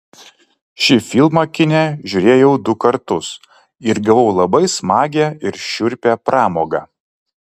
šį filmą kine žiūrėjau du kartus ir gavau labai smagią ir šiurpią pramogą